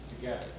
together